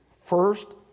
first